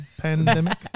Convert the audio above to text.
pandemic